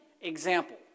example